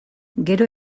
gero